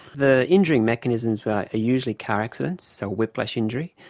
the injuring mechanisms are usually car accidents, so whiplash injury,